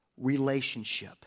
relationship